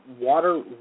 water